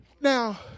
Now